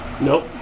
Nope